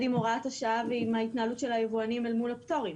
עם הוראת השעה ועם ההתנהלות של היבואנים אל מול הפטורים.